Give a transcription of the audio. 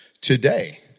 today